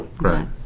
right